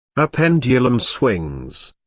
a pendulum swings,